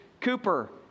Cooper